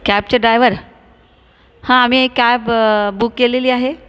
कॅबचे driver हा आम्ही एक कॅब बुक केलेली आहे